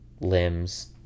Limbs